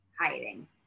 hiding